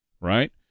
Right